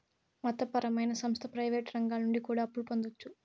మత పరమైన సంస్థ ప్రయివేటు రంగాల నుండి కూడా అప్పులు పొందొచ్చు